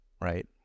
right